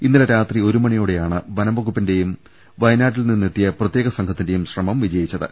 ഇന്നലെ രാത്രി ഒരു മണിയോടെയാണ് വനം വകുപ്പിന്റെയും വയനാട്ടിൽ നിന്നെത്തിയ പ്രത്യേക സംഘത്തിന്റെയും ശ്രമം വിജയിച്ചത്